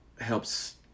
helps